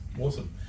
awesome